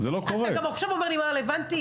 אתה גם אומר לי עכשיו מה רלוונטי?